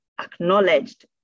acknowledged